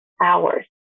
hours